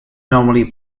normally